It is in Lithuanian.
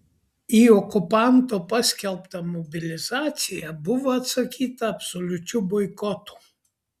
į okupanto paskelbtą mobilizaciją buvo atsakyta absoliučiu boikotu